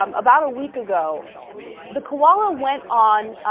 um about a week ago the koala when on ah.